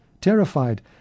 Terrified